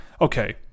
Okay